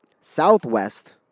southwest